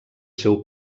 seu